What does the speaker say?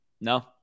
no